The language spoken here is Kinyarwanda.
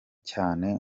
cyane